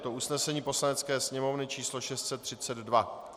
Je to usnesení Poslanecké sněmovny číslo 632.